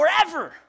forever